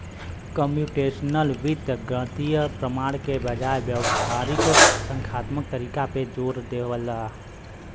computational वित्त गणितीय प्रमाण के बजाय व्यावहारिक संख्यात्मक तरीका पे जोर देवला